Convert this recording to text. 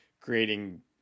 creating